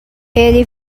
ele